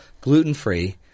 gluten-free